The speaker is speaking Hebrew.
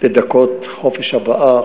לדכא חופש הבעה,